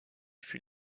fut